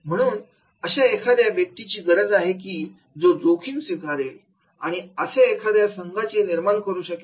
म्हणून अशा एखाद्या व्यक्तीची गरज आहे की जो जोखीम स्वीकारू शकेल आणि असा एखाद्या संघाचे निर्माण करू शकेल